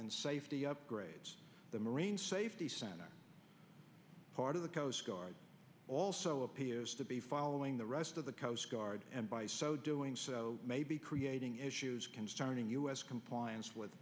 and safety upgrades the marine safety center part of the coast guard also appears to be following the rest of the coast guard and by so doing so may be creating issues concerning u s compliance with